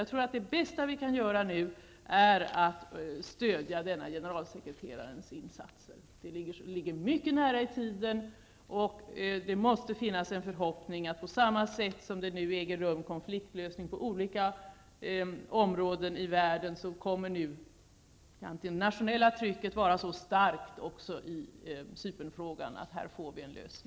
Jag tror att det bästa vi nu kan göra är att stödja dessa generalsekreterarens insatser. De ligger mycket nära i tiden, och det måste finnas en förhoppning att även det nationella trycket kommer att vara så starkt att vi nu får en lösning också i Cypernfrågan, på samma sätt som det nu äger rum konfliktlösning på andra håll i världen.